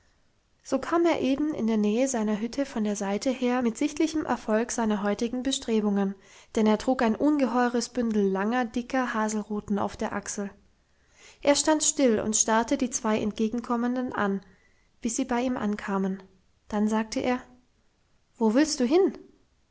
so kam er eben in der nähe seiner hütte von der seite her mit sichtlichem erfolg seiner heutigen bestrebungen denn er trug ein ungeheures bündel langer dicker haselruten auf der achsel er stand still und starrte die zwei entgegenkommenden an bis sie bei ihm ankamen dann sagte er wo willst du hin